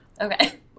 okay